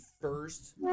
first